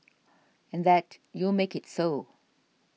and that you make it so